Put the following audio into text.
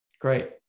Great